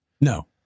No